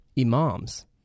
imams